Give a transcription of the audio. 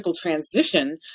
transition